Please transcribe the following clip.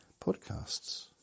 podcasts